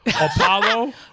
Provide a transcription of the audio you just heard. Apollo